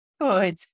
Good